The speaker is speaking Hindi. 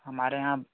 हमारे यहाँ